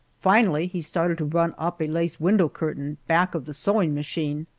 finally he started to run up a lace window curtain back of the sewing machine.